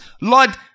Lord